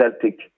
Celtic